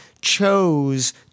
chose